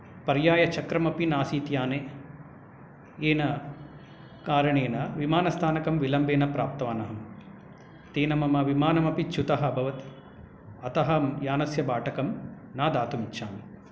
पर्यायचक्रमपि नासीत् याने तेन कारणेन विमानस्थानकं विलम्बेन प्राप्तवान् अहं तेन मम विमानमपि च्युतः अभवत् अतः यानस्य बाटकं न दातुमिच्छामि